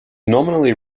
nominally